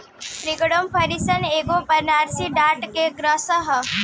crypto currency एगो binary data के संग्रह ह